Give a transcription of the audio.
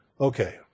Okay